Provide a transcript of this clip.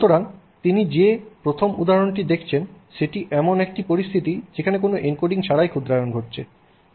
সুতরাং তিনি যে প্রথম উদাহরণটি দেখছেন সেটি এমন একটি পরিস্থিতি যেখানে কোনও এনকোডিং ছাড়াই ক্ষুদ্রায়ন ঘটছে